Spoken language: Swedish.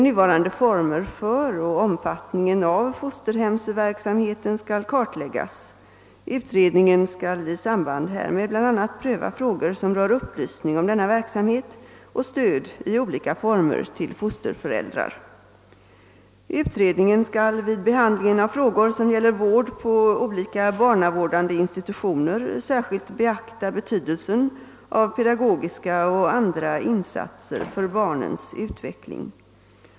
Nuvarande former för och omfattningen av fosterhemsverksamheten skall kartläggas. Utredningen skall i samband härmed bl.a. pröva frågor som rör upplysning om denna verksamhet och stöd i olika former till fosterföräldrar. Utredningen skall vid behandlingen av frågor som gäller vård på olika barnavårdande institutioner särskilt beakta betydelsen av pedagogiska och andra insatser för barnens utveckling.